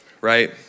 right